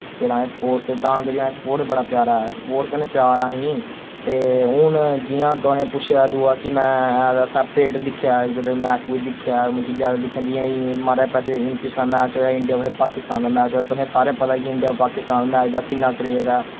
फिर असें स्पोर्ट्स च तां करियै अस स्पोर्ट्स बड़ा प्यारा ऐ स्पोर्ट्स कन्नै प्यार ऐ असें ते हुन जि'यां तुसैं पुच्छेआ दूआ कि में ऐज अ सपैक्टेटर दिक्खेआ कदें मैच कोई दिक्खेआ मतलब कि ज्यादा दिक्खेआ जि'यां एह् माराज पिछला मैच होआ इंडिया वर्सेस पाकिस्तान दा मैच होआ तुसें सारें पता कि इंडिया और पाकिस्तान मैच दा किन्ना क्रेज ऐ